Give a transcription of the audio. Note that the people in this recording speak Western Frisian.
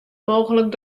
mooglik